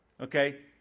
Okay